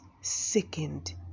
sickened